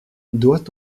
doit